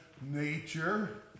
nature